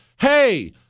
Hey